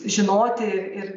žinoti ir